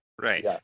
Right